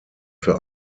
für